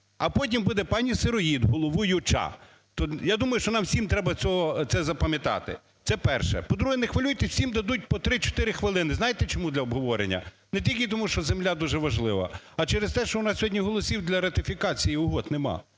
а потім буде пані Сироїд головуюча. Я думаю, що нам всім треба це запам'ятати. Це перше. По-друге, не хвилюйтесь, всім дадуть по 3-4 хвилини, знаєте чому, для обговорення? Не тільки тому, що земля дуже важлива, а через те, що у нас сьогодні голосів для ратифікації угод нема,